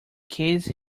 case